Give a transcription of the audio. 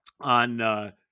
on